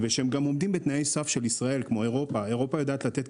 אירופה יודעת לתת כסף לישראל ולעזור ולגשר.